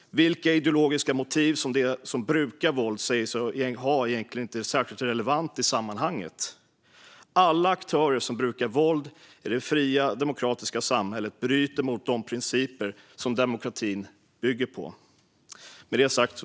Vilka ideologiska motiv de som brukar våld säger sig ha är egentligen inte särskilt relevant i sammanhanget. Alla aktörer som brukar våld i det fria, demokratiska samhället bryter mot de principer som demokratin bygger på.